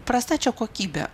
prasta čia kokybė